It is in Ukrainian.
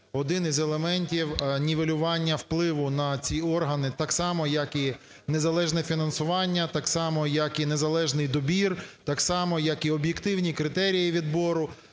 один із елементів нівелювання впливу на ці органи, так само, як і незалежне фінансування, так само, як і незалежний добір, так само, як і об'єктивні критерії відбору